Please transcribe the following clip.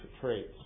traits